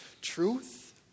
Truth